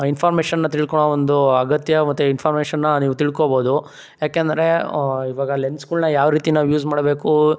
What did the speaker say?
ಇನ್ಫಾರ್ಮೇಷನ್ನ ತಿಳ್ಕೊಳ್ಳೊ ಒಂದು ಅಗತ್ಯ ಮತ್ತು ಇನ್ಫಾರ್ಮೇಷನ್ನ ನೀವು ತಿಳ್ಕೊಳ್ಬೋದು ಯಾಕೆಂದರೆ ಇವಾಗ ಲೆನ್ಸ್ಗಳನ್ನ ಯಾವ ರೀತಿ ನಾವು ಯೂಸ್ ಮಾಡಬೇಕು